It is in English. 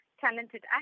talented